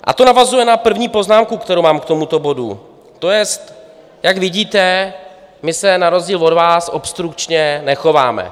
A to navazuje na první poznámku, kterou mám k tomuto bodu, to jest, jak vidíte, my se na rozdíl od vás obstrukčně nechováme.